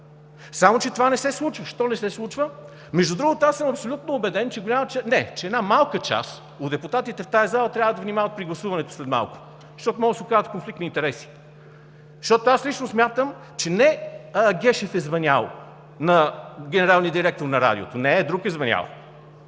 само че това не се случва. Що не се случва? Между другото, аз съм абсолютно убеден, че една малка част от депутатите в тази зала трябва да внимават при гласуването след малко, щото могат да се окажат в конфликт на интереси! Аз лично смятам, че не Гешев е звънял на генералния директор на Радиото. Не е! Друг е звънял!